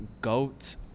Goat